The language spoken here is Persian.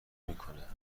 میکنه